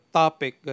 topic